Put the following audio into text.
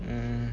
mm